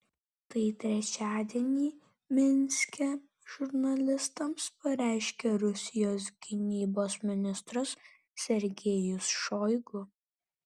tai trečiadienį minske žurnalistams pareiškė rusijos gynybos ministras sergejus šoigu